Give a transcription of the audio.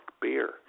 beer